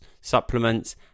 supplements